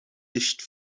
nicht